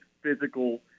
physical